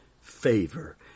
favor